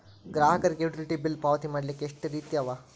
ಗ್ರಾಹಕರಿಗೆ utility bill ಪಾವತಿ ಮಾಡ್ಲಿಕ್ಕೆ ಎಷ್ಟ ರೇತಿ ಅವ?